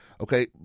okay